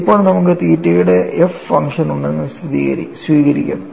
ഇപ്പോൾ നമുക്ക് തീറ്റയുടെ f ഫംഗ്ഷൻ ഉണ്ടെന്ന് സ്വീകരിക്കും